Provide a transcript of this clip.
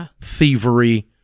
thievery